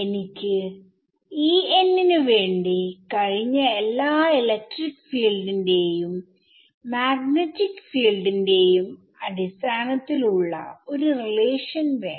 എനിക്ക് ന് വേണ്ടി കഴിഞ്ഞ എല്ലാ ഇലക്ട്രിക് ഫീൽഡിന്റെയും മാഗ്നെറ്റിക് ഫീൽഡിന്റെയും അടിസ്ഥാനത്തിൽ ഉള്ള ഒരു റിലേഷൻ വേണം